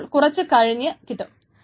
അപ്പോൾ കുറച്ചു കഴിഞ്ഞ് കിട്ടും